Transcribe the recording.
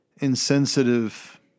insensitive